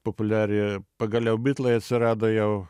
populiariąją pagaliau bitlai atsirado jau